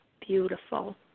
Beautiful